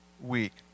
week